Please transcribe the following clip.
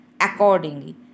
accordingly